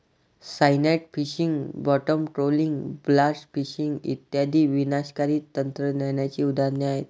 cyanide fishing, bottom trawling, blast fishing इत्यादी विनाशकारी तंत्रज्ञानाची उदाहरणे आहेत